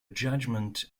judgement